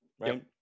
right